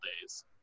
days